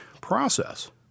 process